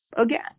again